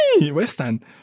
Western